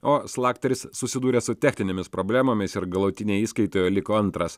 o slakteris susidūrė su techninėmis problemomis ir galutinėje įskaitoje liko antras